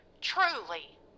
Truly